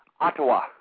Ottawa